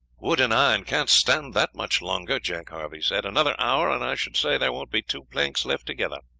wood and iron can't stand that much longer, jack harvey said another hour and i should say there won't be two planks left together.